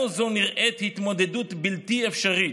לנו זו נראית התמודדות בלתי אפשרית.